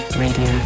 radio